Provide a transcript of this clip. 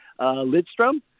Lidstrom